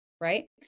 Right